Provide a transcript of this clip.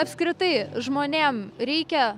apskritai žmonėm reikia